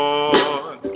Lord